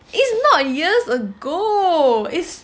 it's not years ago it's